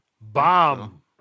Bomb